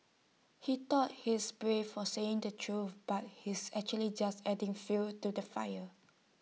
he thought he's brave for saying the truth but he's actually just adding fuel to the fire